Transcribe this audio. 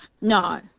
No